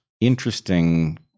interesting